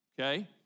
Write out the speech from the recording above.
okay